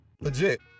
Legit